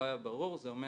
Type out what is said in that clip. לא היה ברור, זה אומר